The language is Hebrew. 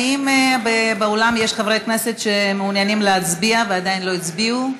האם יש באולם חברי כנסת שמעוניינים להצביע ועדיין לא הצביעו?